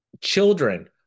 children